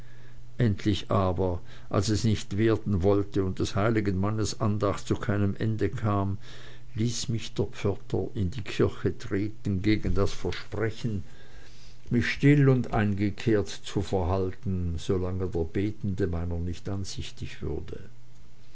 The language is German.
endlich aber als es nicht werden wollte und des heiligen mannes andacht zu keinem ende kam ließ mich der pförtner in die kirche treten gegen das versprechen mich still und eingekehrt zu verhalten solange der betende meiner nicht ansichtig würde